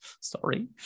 Sorry